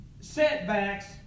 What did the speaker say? setbacks